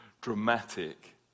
dramatic